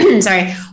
Sorry